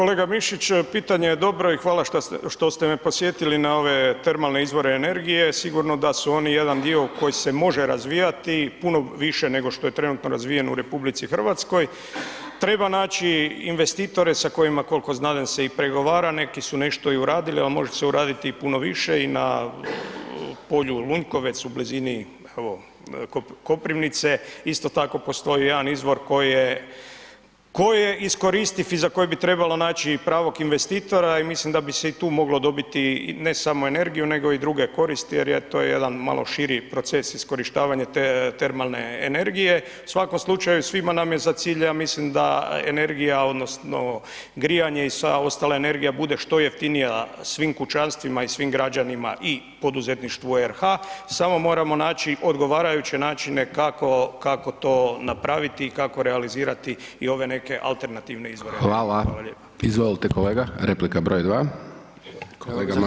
Kolega Mišić, pitanje je dobro i hvala što ste me podsjetili na ove termalne izvore energije, sigurno da su oni jedan dio koji se može razvijati puno više nego što je trenutno razvijen u RH, treba naći investitore sa kojima, kolko znadem se i pregovara, neki su nešto i uradili, a može se uraditi i puno više i na polju Lunjkovec, u blizini evo Koprivnice isto tako postoji jedan izvor koji je, koji je iskoristiv i za kojeg bi trebalo naći pravog investitora i mislim da bi se i tu moglo dobiti ne samo energiju, nego i druge koristi jer je, to je jedan malo širi proces iskorištavanja te termalne energije, u svakom slučaju svima nam je za cilj, ja mislim da energija odnosno grijanje i sva ostala energija bude što jeftinija svim kućanstvima i svim građanima i poduzetništvu RH, samo moramo naći odgovarajuće načine kako, kako to napraviti i kako realizirati i ove neke alternativne izvore [[Upadica: Hvala]] energije.